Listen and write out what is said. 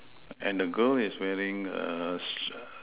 and the girl is wearing a s~